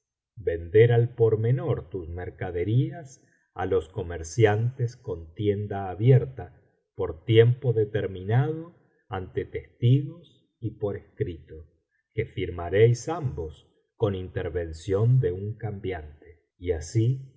vender al por menor tus mercaderías á los comerciantes con tienda abierta por tiempo determinado ante testigos y por escrito que firmaréis ambos con intervención de un cambiante y así